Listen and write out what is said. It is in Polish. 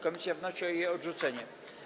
Komisja wnosi o jej odrzucenie.